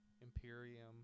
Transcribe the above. Imperium